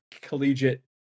collegiate